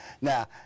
Now